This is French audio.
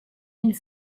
une